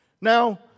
Now